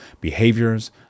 behaviors